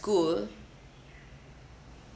school